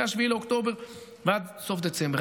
מ-7 באוקטובר ועד סוף דצמבר.